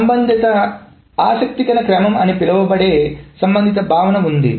సంబంధిత ఆసక్తికర క్రమం అని పిలువబడే సంబంధిత భావన ఉంది